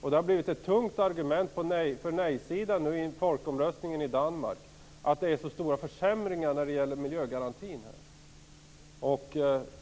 Det har blivit ett tungt argument för nej-sidan inför folkomröstningen i Danmark, att det har skett så stora försämringar när det gäller miljögarantin.